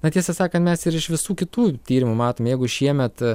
na tiesą sakant mes ir iš visų kitų tyrimų matom jeigu šiemet